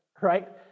right